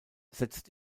setzt